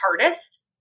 hardest